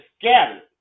scattered